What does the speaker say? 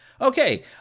Okay